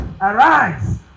Arise